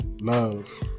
Love